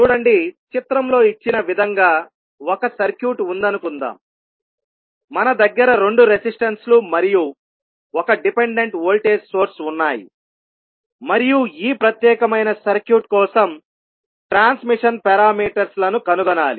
చూడండి చిత్రంలో ఇచ్చిన విధంగా ఒక సర్క్యూట్ ఉందనుకుందాం మన దగ్గర రెండు రెసిస్టన్స్ లు మరియు ఒక డిపెండెంట్ వోల్టేజ్ సోర్స్ ఉన్నాయి మరియు ఈ ప్రత్యేకమైన సర్క్యూట్ కోసం ట్రాన్స్మిషన్ పారామీటర్స్ లను కనుగొనాలి